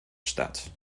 statt